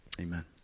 Amen